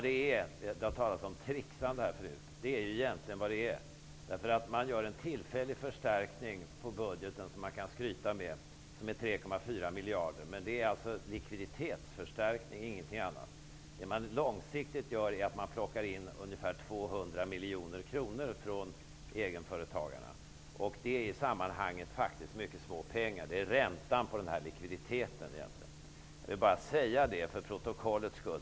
Det talades förut om tricksande, och det är egentligen vad det är. Man gör en tillfällig förstärkning av budgeten -- som man kan skryta med -- med 3,4 miljarder. Men det är en likviditetsförstärkning, ingenting annat. Det man långsiktigt gör är att plocka in ungefär 200 miljoner kronor från egenföretagarna. Det är småpengar i sammanhanget -- det är räntan på likviditeten. Jag vill bara säga detta för protokollets skull.